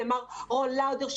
למר רון לאודר,